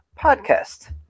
podcast